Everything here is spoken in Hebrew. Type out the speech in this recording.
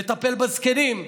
לטפל בזקנים,